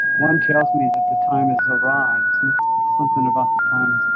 one tells me that the time has arrived something about the time